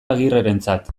agirrerentzat